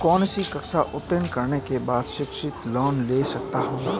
कौनसी कक्षा उत्तीर्ण करने के बाद शिक्षित लोंन ले सकता हूं?